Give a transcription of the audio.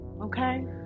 okay